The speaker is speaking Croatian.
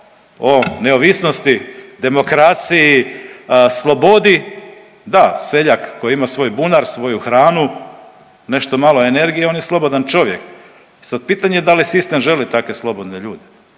o neovisnosti, demokraciji, slobodi, da seljak koji ima svoj bunar, svoju hranu, nešto malo energije, on je slobodan čovjek, sad je pitanje da li sistem želi takve slobodne ljude,